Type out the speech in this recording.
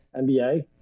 NBA